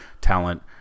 talent